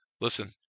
listen